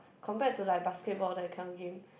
compared to like basketball that kind of game